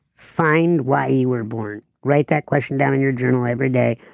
find why you were born, write that question down in your journal every day,